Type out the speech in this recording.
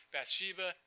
Bathsheba